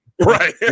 Right